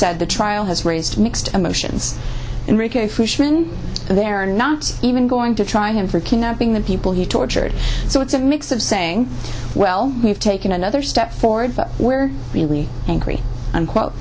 said the trial has raised mixed emotions and they're not even going to try him for kidnapping the people you tortured so it's a mix of saying well we've taken another step forward but we're really angry unquote